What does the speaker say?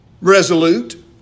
Resolute